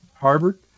Harvard